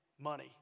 money